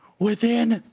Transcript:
within